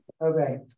Okay